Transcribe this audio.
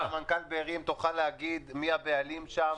אם אתה מנכ"ל בארי, אם תוכל להגיד מי הבעלים שם,